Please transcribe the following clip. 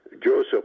Joseph